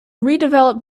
redeveloped